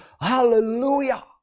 hallelujah